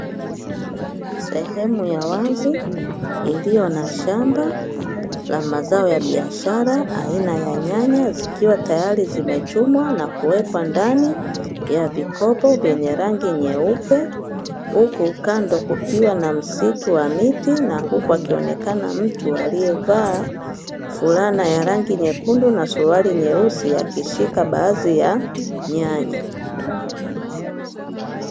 Sehemu ya wazi iliyo na shamba la mazao ya biashara aina ya nyanya zikiwa tayari zimechumwa na kuwekwa ndani ya vikopo vyenye rangi nyeupe, huku kando kukiwa na msitu wa miti na huku akionekana mtu aliyevaa fulana ya rangi nyekundu na suruali nyeusi akishika baadhi ya nyanya.